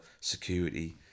security